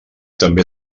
també